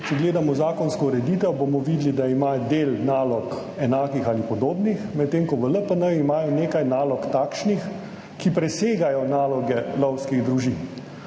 Če gledamo zakonsko ureditev, bomo videli, da ima del nalog enakih ali podobnih, medtem ko v LPN imajo nekaj nalog takšnih, ki presegajo naloge lovskih družin.